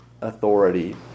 authority